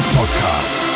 Podcast